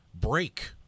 break